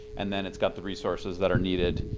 and then it's got the resources that are needed